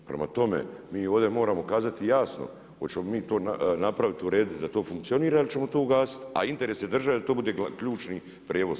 Prema tome, mi ovdje moramo kazati jasno hoćemo mi to napraviti u redu da to funkcionira ili ćemo to ugasiti, a interes je države da to bude ključni prijevoz